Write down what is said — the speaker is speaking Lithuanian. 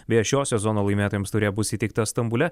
beje šio sezono laimėtojams taurė bus įteikta stambule